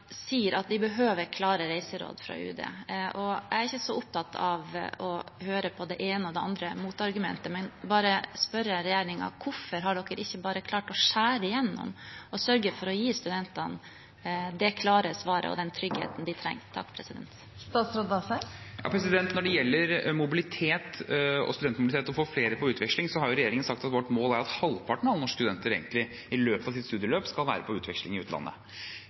sier at de behøver klare reiseråd fra UD, og jeg er ikke så opptatt av å høre på det ene og det andre motargumentet, men vil bare spørre regjeringen: Hvorfor har dere ikke klart bare å skjære gjennom og sørge for å gi studentene det klare svaret og den tryggheten de trenger? Når det gjelder studentmobilitet og å få flere på utveksling, har regjeringen sagt at vårt mål er at halvparten av norske studenter i løpet av sitt studieløp skal være på utveksling i utlandet.